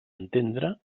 entendre